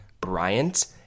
Bryant